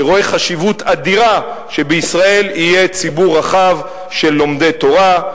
שרואה חשיבות אדירה שבישראל יהיה ציבור רחב של לומדי תורה.